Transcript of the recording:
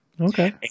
Okay